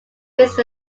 based